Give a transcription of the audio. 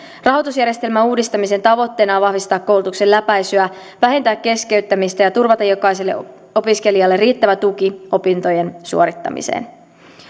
rahoitusjärjestelmän uudistamisen tavoitteena on vahvistaa koulutuksen läpäisyä vähentää keskeyttämistä ja turvata jokaiselle opiskelijalle riittävä tuki opintojen suorittamiseen